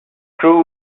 crew